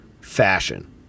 fashion